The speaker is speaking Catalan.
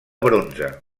bronze